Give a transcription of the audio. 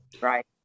right